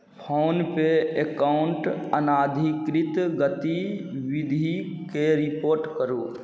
phone पे अकाउंटमे अनाधिकृत गतिविधिके रिपोर्ट करू